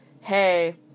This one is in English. Hey